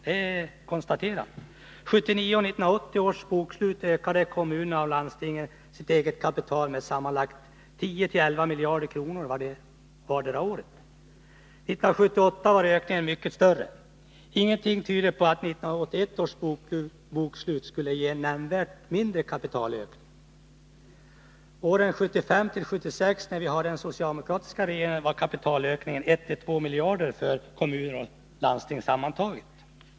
Enligt 1979 och 1980 års bokslut ökade kommuner och landsting sitt eget kapital med sammanlagt 10 å 11 miljarder kronor vartdera året. 1978 var ökningen mycket större. Ingenting tyder på att 1981 års bokslut skulle ge nämnvärt mindre kapitalökning. Åren 1975 och 1976, när vi hade en socialdemokratisk regering, var kapitalökningen 1 å 2 miljarder för kommuner och landsting sammantaget.